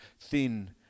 thin